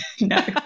No